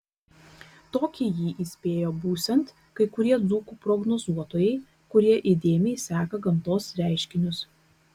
tokį jį įspėjo būsiant kai kurie dzūkų prognozuotojai kurie įdėmiai seka gamtos reiškinius